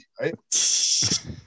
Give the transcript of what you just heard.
right